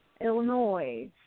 Illinois